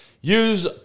Use